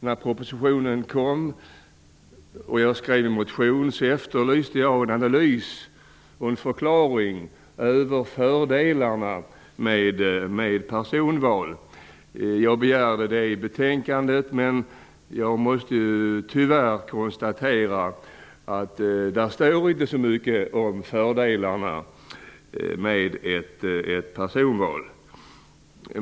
När propositionen kom och jag skrev min motion efterlyste jag en analys och en förklaring av fördelarna med personval. Jag begärde att de skulle redovisas i betänkandet. Men jag måste tyvärr konstatera att där inte står så mycket om fördelarna med ett personval.